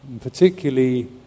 Particularly